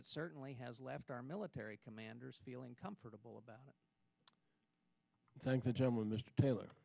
it certainly has left our military commanders feeling comfortable about thank the gentleman mr taylor